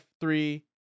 three